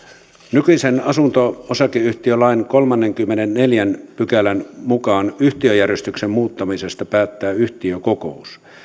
nykyisen asunto osakeyhtiölain kolmannenkymmenennenneljännen pykälän mukaan yhtiöjärjestyksen muuttamisesta päättää yhtiökokous